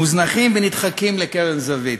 מוזנחים ונדחקים לקרן זווית.